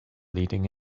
leading